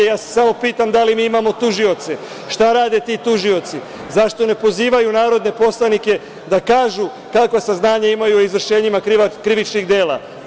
Ja se samo pitam da li mi imamo tužioce, šta rade ti tužioci, zašto ne pozivaju narodne poslanike da kažu kakva saznanja imaju o izvršenjima krivičnih dela?